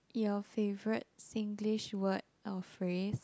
your favourite Singlish word or phrase